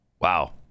Wow